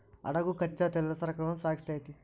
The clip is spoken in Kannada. ಹಡಗು ಕಚ್ಚಾ ತೈಲದ ಸರಕುಗಳನ್ನ ಸಾಗಿಸ್ತೆತಿ